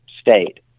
state